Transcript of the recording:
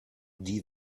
die